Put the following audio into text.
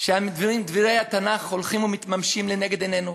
שדברי התנ"ך הולכים ומתממשים לנגד עינינו.